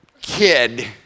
kid